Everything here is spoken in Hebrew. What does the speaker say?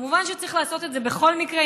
כמובן שצריך לעשות את זה בכל מקרה,